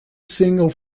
single